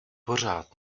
pořád